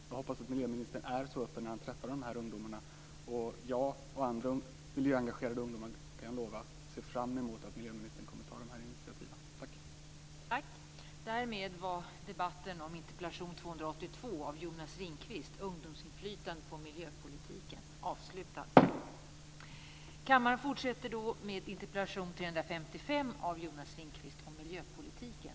Jag hoppas att miljöministern är så öppen när han träffar de här ungdomarna, och jag och andra miljöengagerade ungdomar kan jag lova ser fram emot att miljöministern kommer att ta de här initiativen.